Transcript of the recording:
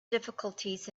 difficulties